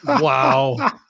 Wow